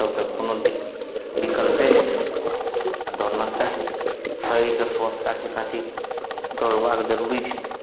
तब तक कोनो विकल्पे नहि छै आओर दौड़ना चाही शरीरके स्वस्थ राखय खातिर दौड़बाक जरूरी छै